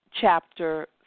Chapter